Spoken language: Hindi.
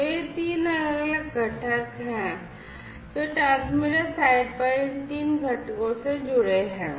तो ये तीन अलग अलग घटक हैं जो ट्रांसमीटर साइट पर इन तीन घटकों से जुड़े हैं